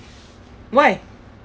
why